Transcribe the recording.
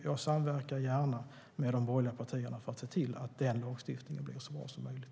Jag samverkar gärna med de borgerliga partierna för att se till att den lagstiftningen blir så bra som möjligt.